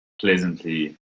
pleasantly